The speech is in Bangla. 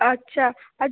আচ্ছা